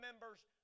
members